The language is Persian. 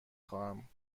خواهم